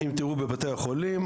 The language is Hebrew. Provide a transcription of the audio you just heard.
אם תראו בבתי החולים,